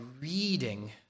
reading